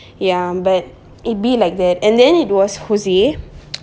ya but it be like that and then it was jose